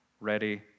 ready